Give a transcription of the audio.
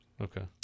Okay